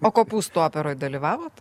o kopūstų operoj dalyvavot